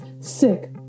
sick